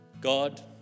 God